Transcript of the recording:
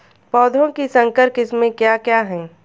पौधों की संकर किस्में क्या क्या हैं?